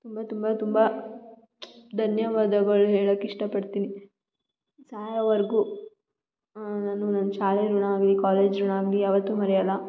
ತುಂಬ ತುಂಬ ತುಂಬ ಧನ್ಯವಾದಗಳ್ನ ಹೇಳಕ್ಕೆ ಇಷ್ಟಪಡ್ತೀನಿ ಸಾಯೋವರೆಗೂ ನಾನು ನನ್ನ ಶಾಲೆ ಋಣ ಆಗಲಿ ಕಾಲೇಜ್ ಋಣ ಆಗಲಿ ಯಾವತ್ತೂ ಮರೆಯಲ್ಲ